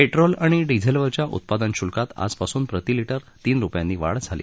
petrol आणि डिझेलवरच्या उत्पादन शुल्कात आजपासून प्रतिलिटर तीन रुपयांची वाढ झाली